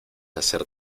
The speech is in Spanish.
hacer